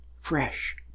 fresh